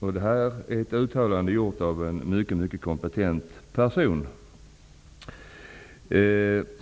förfogande. Detta är ett uttalande av en mycket kompetent person.